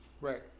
Right